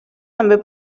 també